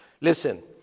Listen